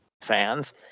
fans